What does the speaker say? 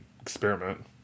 experiment